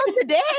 today